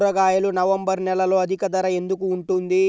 కూరగాయలు నవంబర్ నెలలో అధిక ధర ఎందుకు ఉంటుంది?